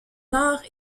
nord